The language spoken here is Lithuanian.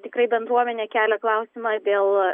tikrai bendruomenė kelia klausimą dėl